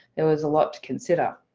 there was a lot to consider.